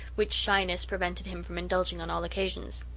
which shyness prevented him from indulging on all occasions.